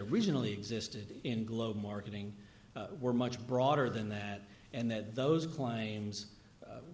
originally existed in global marketing were much broader than that and that those claims